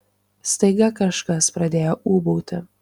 staiga kažkas pradėjo ūbauti